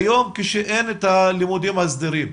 כיום כשאין את הלימודים הסדירים,